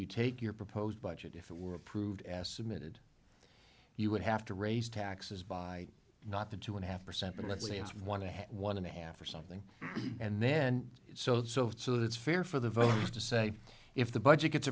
you take your proposed budget if it were approved as submitted you would have to raise taxes by not the two and a half percent but let's say it's want to have one and a half or something and then it's so so so that's fair for the voters to say if the budget gets